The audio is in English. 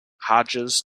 hodges